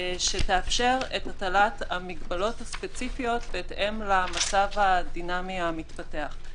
שתאפשר את הטלת המגבלות הספציפיות בהתאם למצב הדינמי המתפתח.